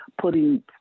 putting